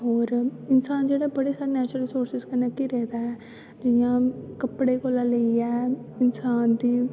और इंसान जेह्ड़ा बड़े सारे नैचूरल रिसोरसिस कन्नै घिरे दा ऐ जि'यां कपड़े कोला लेइयै इंसान दी